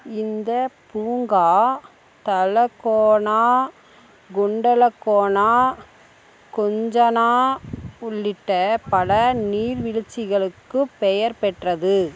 இந்தப் பூங்கா தலக்கோணா குண்டலக்கோணா குஞ்சணா உள்ளிட்ட பல நீர்வீழ்ச்சிகளுக்குப் பெயர் பெற்றது